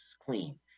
clean